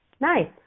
nice